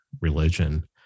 religion